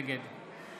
נגד